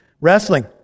wrestling